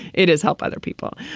it is help other people.